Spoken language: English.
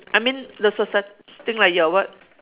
I mean the socie~ think like you are what